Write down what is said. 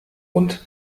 und